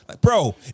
bro